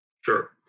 Sure